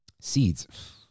seeds